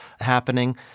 happening